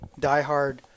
diehard